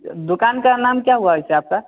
दुकान का नाम क्या हुआ वैसे आपका